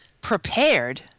Prepared